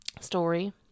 story